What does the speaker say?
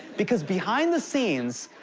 because behind the scenes,